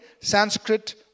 Sanskrit